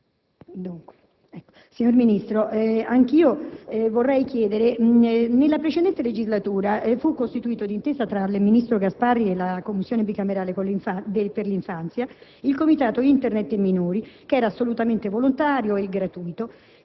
Signor Presidente, signor Ministro, nella precedente legislatura, fu costituito, d'intesa tra il ministro Gasparri e la Commissione bicamerale per l'infanzia, il Comitato "Internet e minori", assolutamente volontario e gratuito,